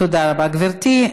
תודה רבה, גברתי.